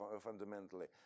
fundamentally